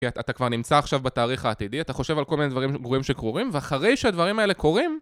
אתה כבר נמצא עכשיו בתאריך העתידי, אתה חושב על כל מיני דברים גרועים שקורים, ואחרי שהדברים האלה קורים...